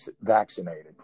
vaccinated